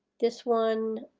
this one,